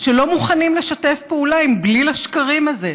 שלא מוכנים לשתף פעולה עם בליל השקרים הזה.